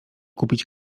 kupić